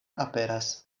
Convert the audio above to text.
aperas